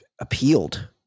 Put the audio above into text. appealed